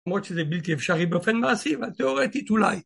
יכול מאוד להיות שזה בלתי אפשרי באופן מעשי אבל תיאורטית אולי.